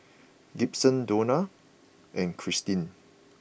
Gibson Dona and Cristine